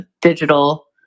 digital